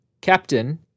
captain